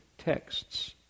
Texts